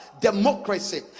democracy